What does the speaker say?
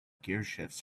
gearshifts